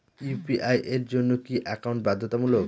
UPI এর জন্য কি একাউন্ট বাধ্যতামূলক?